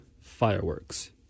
Fireworks